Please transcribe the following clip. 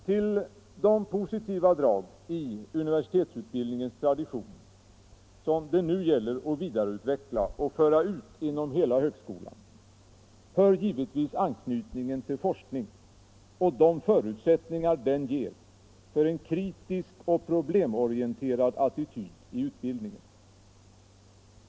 Till de positiva drag i universitetsutbildningens tradition som det nu gäller att vidareutveckla och föra ut inom hela högskolan hör givetvis anknytningen till forskning och de förutsättningar den ger för en kritisk och problemorienterad attityd i utbildningen.